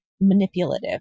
manipulative